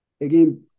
again